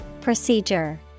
Procedure